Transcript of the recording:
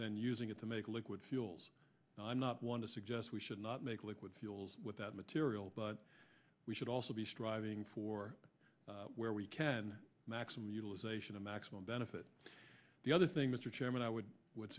than using it to make liquid fuels i'm not one to suggest we should not make liquid fuels with that material but we should also be striving for where we can maximum utilization a maximum benefit the other thing mr chairman i would